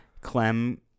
Clem